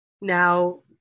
now